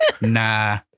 Nah